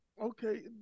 Okay